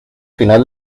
final